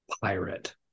pirate